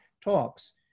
talks